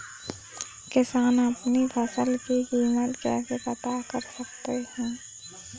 किसान अपनी फसल की कीमत कैसे पता कर सकते हैं?